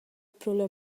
pro